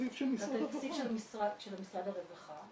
של משרד הרווחה